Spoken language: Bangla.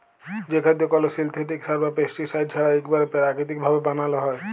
যে খাদ্য কল সিলথেটিক সার বা পেস্টিসাইড ছাড়া ইকবারে পেরাকিতিক ভাবে বানালো হয়